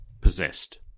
possessed